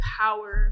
power